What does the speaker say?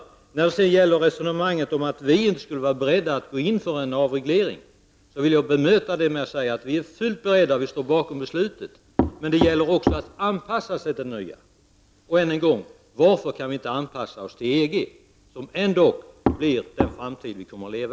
Sedan till jordbruksministerns resonemang om att vi moderater inte är beredda att gå in för en avreglering. Jag vill bemöta detta med att säga att vi är fullt beredda att genomföra en avreglering, och vi står bakom beslutet. Men det gäller också att anpassa sig till den nya situationen. Än en gång: Varför kan inte vi i Sverige anpassa oss till EG som ändock utgör den framtid som vi kommer att leva?